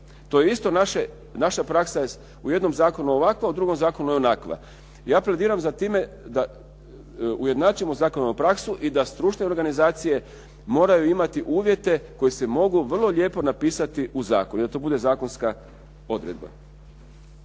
To je isto naše, naša praksa u jednom zakonu ovakva, a u drugom zakonu je onakva. Ja …/Govornik se ne razumije./… za time da ujednačimo zakonodavnu praksu i da stručne organizacije moraju imati uvjete koje se mogu vrlo lijepo napisati u zakonu i da to bude zakonska odredba.